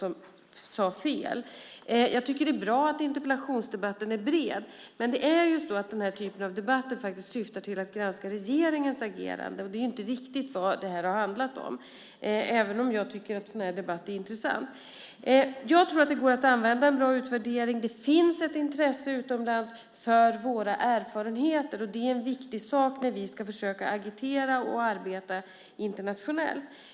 Jag tycker att det är bra att interpellationsdebatten är bred, men den här typen av debatter syftar i själva verket till att granska regeringens agerande, och det är inte riktigt vad denna debatt handlat om - även om jag tycker att debatten varit intressant. Jag tror att det går att göra en bra utvärdering. Det finns intresse utomlands för våra erfarenheter. Det är en viktig sak när vi ska försöka agitera och arbeta internationellt.